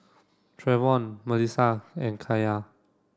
Treyvon Malissie and Kaylah